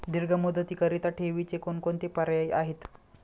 दीर्घ मुदतीकरीता ठेवीचे कोणकोणते पर्याय आहेत?